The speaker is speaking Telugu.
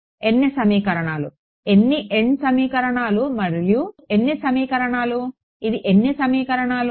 n సమీకరణాలు ఎన్ని n సమీకరణాలు మరియు ఎన్ని సమీకరణాలు ఇది ఎన్ని సమీకరణాలు